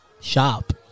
Shop